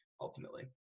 ultimately